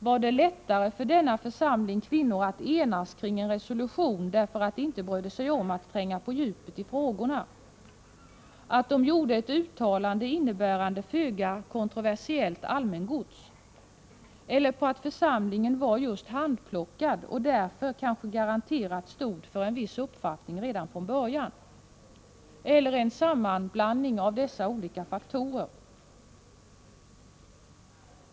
Var det lättare för denna församling kvinnor att enas kring en resolution beroende på att de inte brydde sig om att tränga på djupet i frågorna, att de gjort ett uttalande om föga kontroversiellt allmängods, eller att församlingen var handplockad och just därför kanske garanterat stod för en viss uppfattning redan från början — eller var det en sammanblandning av dessa faktorer?